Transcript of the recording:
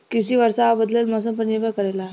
कृषि वर्षा और बदलत मौसम पर निर्भर करेला